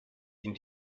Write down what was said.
ihnen